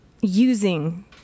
using